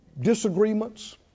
disagreements